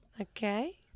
Okay